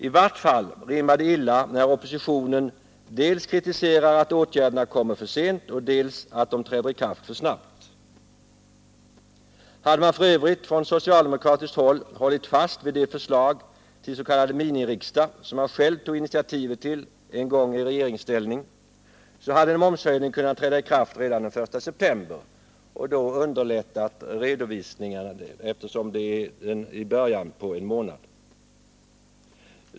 I vart fall rimmar det illa när oppositionen kritiserar dels att åtgärderna kommer för sent, dels att de träder i kraft för snabbt. Hade man f. ö. på socialdemokratiskt håll hållit fast vid det förslag till s.k. miniriksdag — som man själv tog initiativet till en gång i regeringsställning — så hade en momshöjning kunnat träda i kraft redan den 1 september och då underlättat redovisningarna, eftersom det är början på en månad.